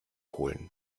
holen